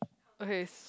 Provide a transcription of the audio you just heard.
okay